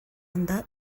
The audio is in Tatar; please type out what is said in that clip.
анда